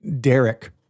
Derek